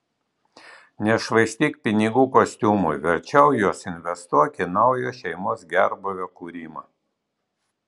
nešvaistyk pinigų kostiumui verčiau juos investuok į naujos šeimos gerbūvio kūrimą